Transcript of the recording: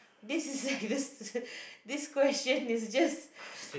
this is serious this question is just